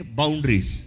boundaries